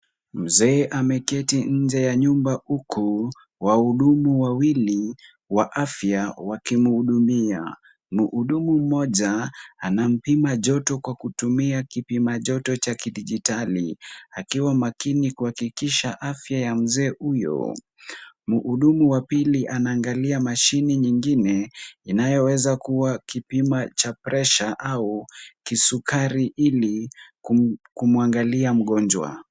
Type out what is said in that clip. Mzee ameketi nje ya nyumba huku wahudumu wawili wa afya wakimhudumia. Mhudumu mmoja anampima joto kwa kutumia kipima joto cha kidijitali akiwa makini kuhakikisha afya ya mzee huyo. Mhudumu wa pili anaangalia mashine nyingine inayoweza kuwa kipima cha pressure au kisukari ili kumwangalia mgonjwa.